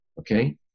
okay